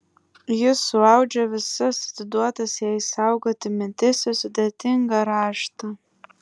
jis suaudžia visas atiduotas jai saugoti mintis į sudėtingą raštą